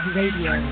Radio